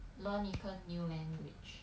learn ten new language